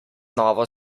novo